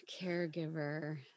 caregiver